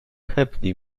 happily